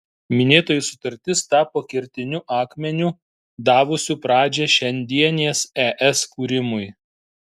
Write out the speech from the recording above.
minėtoji sutartis tapo kertiniu akmeniu davusiu pradžią šiandienės es kūrimui